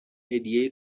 هدیه